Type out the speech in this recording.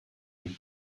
you